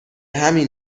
همین